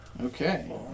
Okay